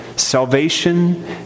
salvation